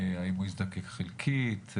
האם הוא יזדקק חלקית?